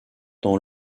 dans